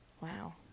wow